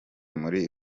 muri